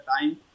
time